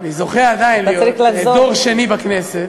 אני זוכה עדיין להיות, דור שני בכנסת,